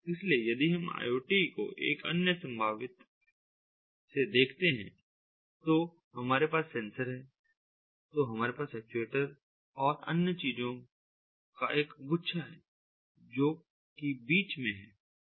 इसलिए यदि हम IoT को एक अन्य संभावित से देखते हैं तो हमारे पास सेंसर हैं तो हमारे पास एक्चुएटर और अन्य चीजों का एक गुच्छा है जो की बीच में हैं जैसा कि इस विशेष चित्र में दिखाया गया है